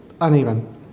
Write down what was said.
uneven